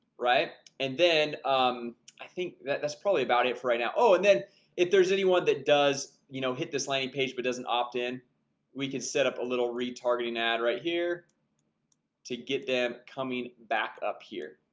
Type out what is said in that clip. right? and then i think that's probably about it for right now oh and then if there's anyone that does you know hit this landing page but doesn't opt-in we can set up a little retargeting ad right here to get them coming back up here.